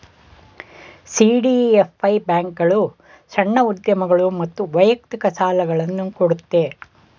CDFI ಬ್ಯಾಂಕ್ಗಳು ಸಣ್ಣ ಉದ್ಯಮಗಳು ಮತ್ತು ವೈಯಕ್ತಿಕ ಸಾಲುಗಳನ್ನು ಕೊಡುತ್ತೆ